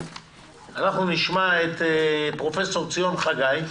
נשמע את פרופ' חגי לוין,